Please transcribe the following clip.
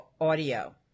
audio